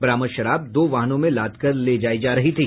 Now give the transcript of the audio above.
बरामद शराब दो वाहनों में लादकर ले जायी जा रही थी